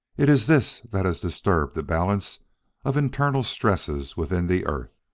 it is this that has disturbed the balance of internal stresses within the earth